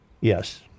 Yes